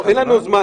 לא, אין לנו זמן.